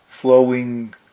flowing